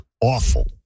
awful